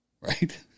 right